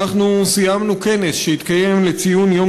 אנחנו סיימנו כנס שהתקיים לציון יום